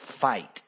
fight